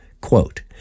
Quote